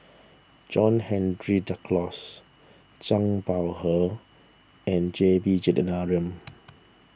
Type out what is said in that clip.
John Henry Duclos Zhang Bohe and J B